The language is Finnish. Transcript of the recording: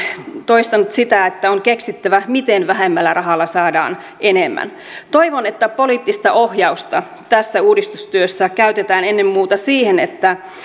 toistanut sitä että on keksittävä miten vähemmällä rahalla saadaan enemmän toivon että poliittista ohjausta tässä uudistustyössä käytetään ennen muuta siihen että